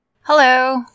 Hello